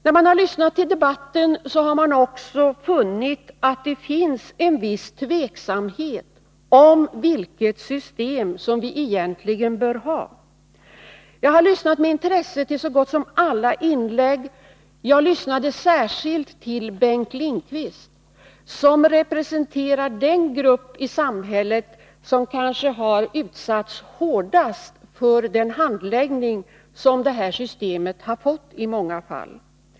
När man har lyssnat till debatten har man också funnit att det råder en viss tveksamhet i fråga om vilket system vi egentligen bör ha. Jag har med intresse lyssnat till så gott som alla inlägg. Jag lyssnade särskilt på Bengt Lindqvist, som representerar den grupp i samhället som kanske har utsatts hårdast för den tillämpning som detta system har fått i många fall.